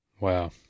Wow